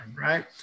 right